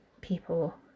people